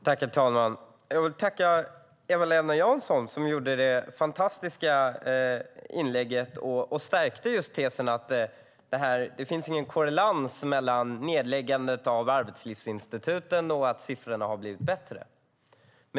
Herr talman! Jag vill tacka Eva-Lena Jansson som gjorde ett fantastiskt inlägg som stärkte tesen att det inte finns någon korrelation mellan nedläggandet av Arbetslivsinstitutet och att siffrorna har blivit bättre.